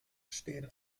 stehen